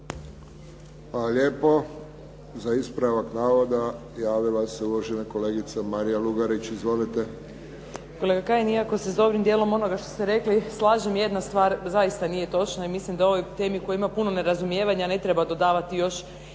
lijepo. Za ispravak navoda javila se uvažena kolegica Marija Lugarić. Izvolite. **Lugarić, Marija (SDP)** Gospodine Kajin, iako se s dobrim djelom onoga što ste rekli slažem jedna stvar zaista nije točna i mislim da ovoj temi u kojoj ima puno nerazumijevanja ne treba dodavati još i novo.